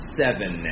seven